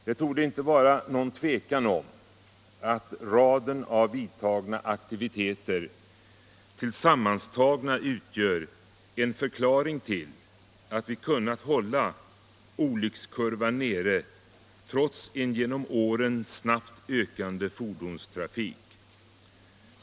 Det torde inte råda någon tvekan om att raden av aktiviteter tillsammantagna utgör en förklaring till att vi har kunnat hålla olyckskurvan nere trots en genom åren snabbt ökande fordonstrafik.